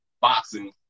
boxing